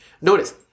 Notice